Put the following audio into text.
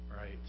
Right